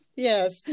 Yes